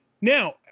Now